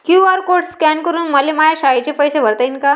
QR code scan करून मले माया शाळेचे पैसे भरता येईन का?